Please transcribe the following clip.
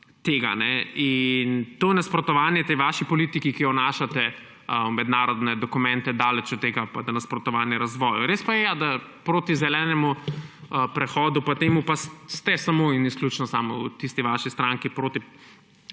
tega. To je nasprotovanje vaši politiki, ki jo vnašate v mednarodne dokumente, daleč pa od tega, da je nasprotovanje razvoju. Res pa je, da ste proti zelenemu prehodu pa temu samo in izključno samo v vaši stranki, proti